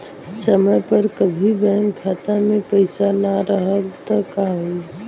समय पर कभी बैंक खाता मे पईसा ना रहल त का होई?